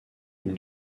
une